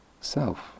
self